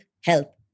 help